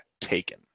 taken